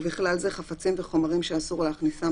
ובכלל זה חפצים וחומרים שאסור להכניסם